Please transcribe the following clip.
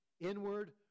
inward